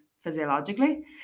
physiologically